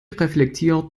reflektiert